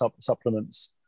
supplements